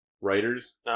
writers